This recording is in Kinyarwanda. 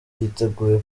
yiteguye